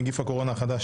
נגיף הקורונה החדש),